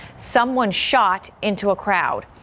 someone shot into a crowd.